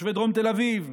תושבי דרום תל אביב.